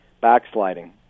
backsliding